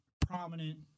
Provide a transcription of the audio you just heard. prominent